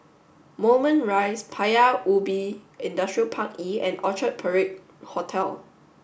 Moulmein Rise Paya Ubi Industrial Park E and Orchard Parade Hotel